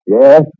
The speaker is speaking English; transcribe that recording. Yes